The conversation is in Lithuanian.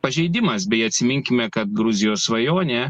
pažeidimas bei atsiminkime kad gruzijos svajonė